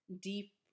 deep